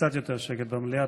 קצת יותר שקט במליאה.